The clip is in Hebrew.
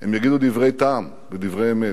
והם יגידו דברי טעם ודברי אמת,